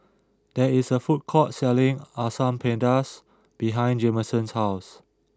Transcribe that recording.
there is a food court selling Asam Pedas behind Jameson's house